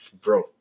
Bro